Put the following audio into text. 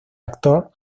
actor